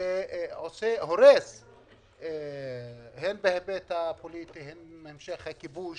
והורס הן בהיבט הפוליטי עם המשך הכיבוש